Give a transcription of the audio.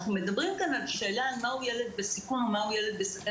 אנחנו מדברים כאן על השאלה מהו ילד בסיכון או מהו ילד בסכנה